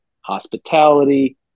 hospitality